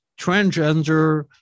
transgender